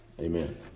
Amen